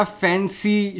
fancy